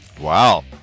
Wow